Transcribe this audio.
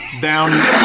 down